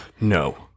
No